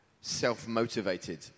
self-motivated